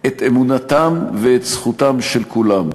את אמונתם ואת זכותם של כולם.